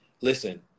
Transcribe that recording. Listen